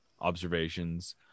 observations